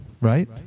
right